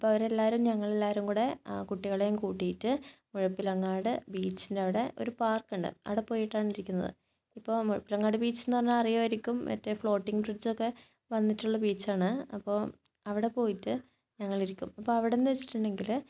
അപ്പം അവരെല്ലാവരും ഞങ്ങളെല്ലാവരും കൂടെ ആ കുട്ടികളെയും കൂട്ടിയിട്ട് മുഴുപ്പിലങ്ങാട് ബീച്ചിൻ്റെ അവിടെ ഒരു പാർക്ക് ഉണ്ട് അവിടെ പോയിട്ടാണ് ഇരിക്കുന്നത് ഇപ്പോൾ മുഴുപ്പിലങ്ങാട് ബീച്ച് എന്ന് പറഞ്ഞാൽ അറിയുമായിരിക്കും മറ്റേ ഫ്ലോട്ടിംഗ് ബ്രിഡ്ജ് ഒക്കെ വന്നിട്ടുള്ള ബീച്ച് ആണ് അപ്പോൾ അവിടെ പോയിട്ട് ഞങ്ങൾ ഇരിക്കും അപ്പോൾ അവിടെ എന്ന് വെച്ചിട്ടുണ്ടെങ്കിൽ